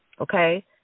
Okay